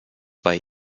bei